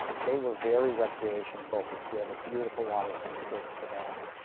today, we're very recreation-focused. we have a beautiful waterfront for for that.